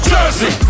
Jersey